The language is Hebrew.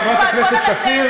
חברת הכנסת שפיר.